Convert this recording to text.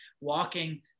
walking